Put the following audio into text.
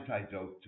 antidote